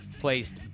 placed